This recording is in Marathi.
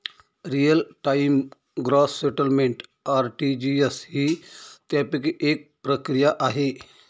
real time gross settlement RTGS ही त्यापैकी एक प्रक्रिया आहे